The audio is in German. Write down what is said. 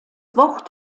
wort